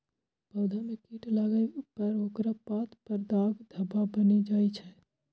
पौधा मे कीट लागै पर ओकर पात पर दाग धब्बा बनि जाइ छै